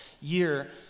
year